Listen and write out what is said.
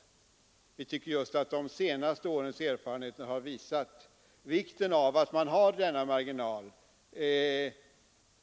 Vi tycker att just de senaste årens erfarenheter har visat vikten av att ha denna marginal.